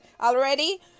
already